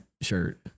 shirt